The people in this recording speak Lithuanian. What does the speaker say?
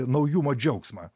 naujumo džiaugsmą